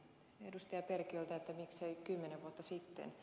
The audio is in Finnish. perkiöltä että miksei kymmenen vuotta sitten